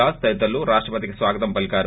దాస్ తదితరులు రాష్టపతికి స్వాగతం పలికారు